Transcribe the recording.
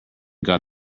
got